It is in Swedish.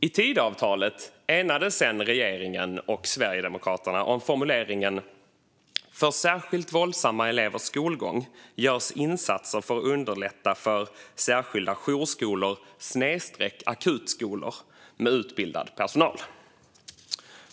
I Tidöavtalet enades sedan regeringen och Sverigedemokraterna om formuleringen: För särskilt våldsamma elevers skolgång görs insatser för att underlätta för särskilda jourskolor/akutskolor med utbildad personal.